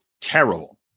Terrible